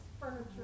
furniture